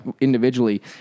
individually